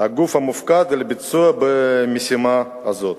הגוף המופקד על ביצוע המשימה הזאת.